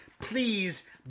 please